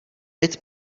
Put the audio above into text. byt